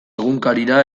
egunkarira